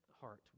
heart